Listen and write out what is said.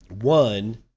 one